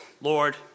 Lord